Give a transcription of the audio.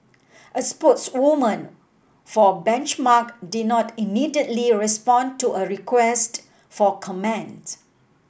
a spokeswoman for Benchmark did not immediately respond to a request for comment